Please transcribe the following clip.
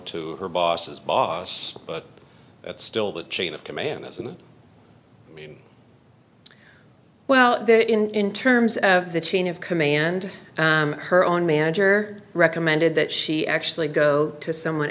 to her boss's boss but that's still the chain of command isn't me well there in terms of the chain of command her own manager recommended that she actually go to someone